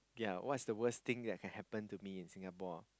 ya what's the worst thing that can happen to me in Singapore ah